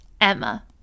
Emma